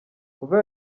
kuva